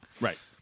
right